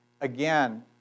Again